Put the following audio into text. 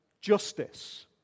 justice